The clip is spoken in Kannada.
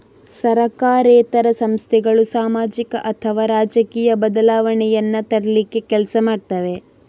ಸರಕಾರೇತರ ಸಂಸ್ಥೆಗಳು ಸಾಮಾಜಿಕ ಅಥವಾ ರಾಜಕೀಯ ಬದಲಾವಣೆಯನ್ನ ತರ್ಲಿಕ್ಕೆ ಕೆಲಸ ಮಾಡ್ತವೆ